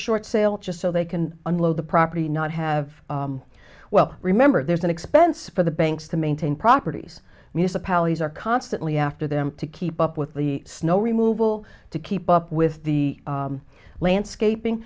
short sale just so they can unload the property not have well remember there's an expense for the banks to maintain properties municipalities are constantly after them to keep up with the snow removal to keep up with the landscaping